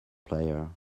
player